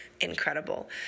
incredible